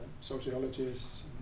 sociologists